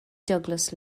douglas